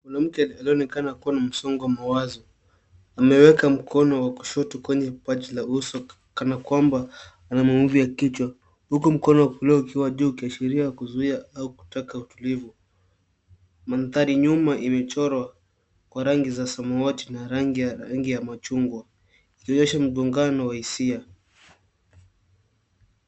Mwanamke anaye onekana kuwa na msongo wa mawazo ameweka mkono wa kushoto kwenye paji la uso kana kwamba ana maumivu ya kichwa, huku mkono wa kulia ukiwa juu kuashiria kuzuia au kutaka utulivu. Mandhari nyuma imechorwa kwa rangi za samawati na rangi ya machungwa ikionyesha mgongano wa hisia.